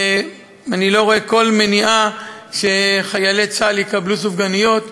ואני לא רואה כל מניעה שחיילי צה"ל יקבלו סופגניות.